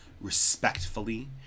respectfully